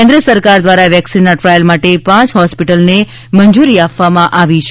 કેન્દ્ર સરકાર દ્વારા વેક્સીનના ટ્રાયલ માટે પાંચ હોસ્પિટલને મંજૂરી આપવામાં આવી છે